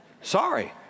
Sorry